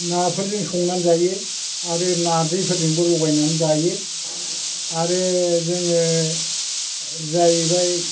नाफोरजों संनानै जायो आरो नारजि फोरजोंबो लगायनानै जायो आरो जोङो जाहैबाय